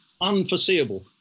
unforeseeable